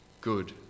good